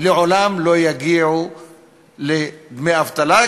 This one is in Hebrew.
לעולם לא יגיעו לדמי אבטלה.